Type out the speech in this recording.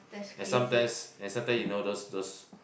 then sometimes then sometimes you know those those